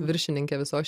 viršininkė visos